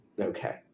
Okay